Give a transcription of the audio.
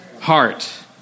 heart